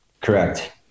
Correct